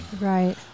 Right